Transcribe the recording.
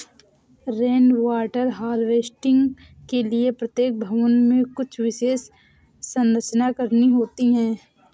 rain water harvesting के लिए प्रत्येक भवन में कुछ विशेष संरचना करनी होती है